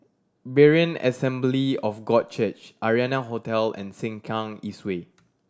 Berean Assembly of God Church Arianna Hotel and Sengkang East Way